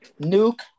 Nuke